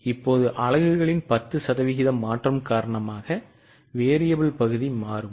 இப்போது அலகுகளின் 10 சதவீத மாற்றம் காரணமாக மாறி பகுதி மாறும்